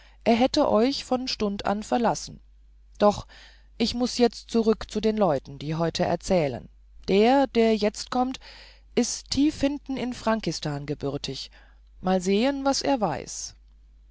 er hätte euch von stund an verlassen doch ich muß jetzt zurück zu den leuten die heute erzählen der der jetzt kommt ist tief hinten in frankistan gebürtig wollen sehen was er weiß